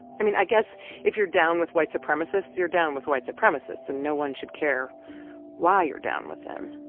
i mean, i guess if you're down with white supremacists, you're down with white supremacists and no one should care why you're down with them.